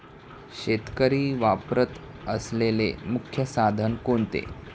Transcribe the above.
शेतकरी वापरत असलेले मुख्य साधन कोणते?